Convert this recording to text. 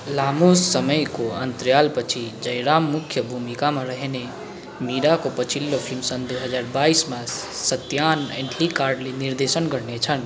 लामो समयको अन्तरालपछि जयराम मुख्य भूमिकामा रहने मीराको पछिल्लो फिल्मलाई सन् दुई हजार बाइसमा सत्यान एन्थिकाडले निर्देशन गर्नेछन्